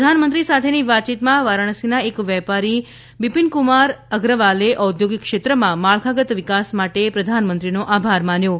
પ્રધાનમંત્રી સાથેની વાતચીતમાં વારાણસીના એક વેપારી બિપિનકુમાર અગ્રવાલે ઔદ્યોગિકક્ષેત્રમાં માળખાગત વિકાસ માટે પ્રધાનમંત્રીનો આભાર માન્યો હતો